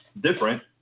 different